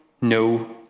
no